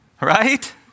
Right